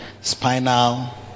spinal